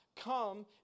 come